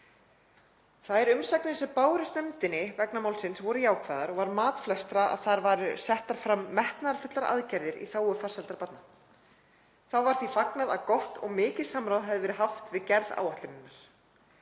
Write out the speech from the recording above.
Þær umsagnir sem bárust nefndinni vegna málsins voru jákvæðar og var mat flestra að þar væru settar fram metnaðarfullar aðgerðir í þágu farsældar barna. Þá var því fagnað að gott og mikið samráð hefði verið haft við gerð áætlunarinnar.